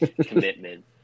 Commitment